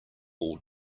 all